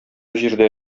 җирдә